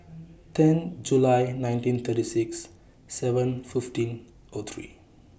ten July nineteen thirty six seven fifteen O three